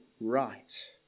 right